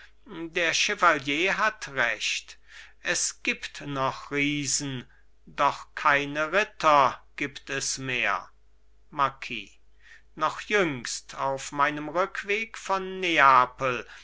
der chevalier hat recht es gibt noch riesen doch keine ritter gibt es mehr marquis noch jüngst auf meinem rückweg von neapel